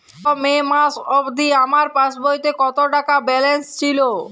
গত মে মাস অবধি আমার পাসবইতে কত টাকা ব্যালেন্স ছিল?